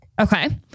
Okay